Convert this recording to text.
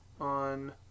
on